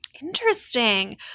Interesting